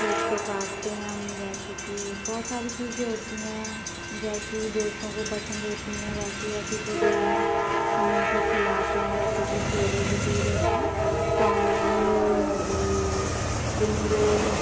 cake तो काटते हैं हम जैसे कि बहुत सारी चीज़ें होती हैं जैसी दोस्तों को पसंद होती हैं वैसी वैसी चीज़ें हमें हम उनको खिलाते हैं जैसे कि छोले भटूरे हैं चौमीन स्प्रिंग रोल